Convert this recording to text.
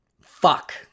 Fuck